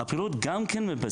הוא אמר: אני מוכן,